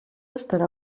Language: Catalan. estarà